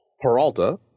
Peralta